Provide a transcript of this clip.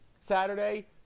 Saturday